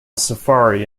safari